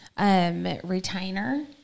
Retainer